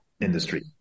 industry